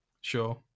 sure